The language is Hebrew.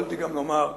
יכולתי גם לומר להיפך,